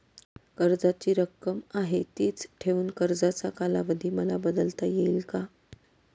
कर्जाची रक्कम आहे तिच ठेवून कर्जाचा कालावधी मला बदलता येईल का?